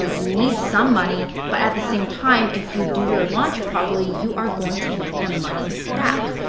like you need some money but at the same time, if you do your launch properly, you are going to make the money back.